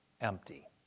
empty